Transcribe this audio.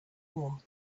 war